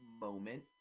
moment